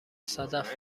صدف